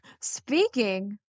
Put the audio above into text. Speaking